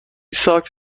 ساک